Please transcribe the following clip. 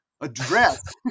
address